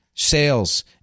sales